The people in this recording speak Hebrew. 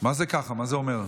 מה זה ככה, מה זה אומר?